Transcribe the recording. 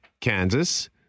Kansas